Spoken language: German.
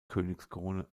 königskrone